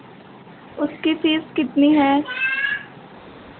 उसकी फीस कितनी है